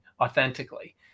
authentically